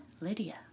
Lydia